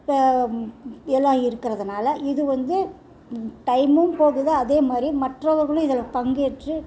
இப்ப எல்லாம் இருக்கிறதுனால இது வந்து டைமும் போகுது அதேமாதிரி மற்றவர்களும் இதில் பங்கேற்று